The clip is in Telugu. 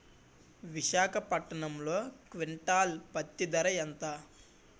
విశాఖపట్నంలో క్వింటాల్ పత్తి ధర ఎంత?